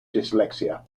dyslexia